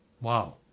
Wow